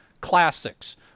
classics